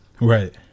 Right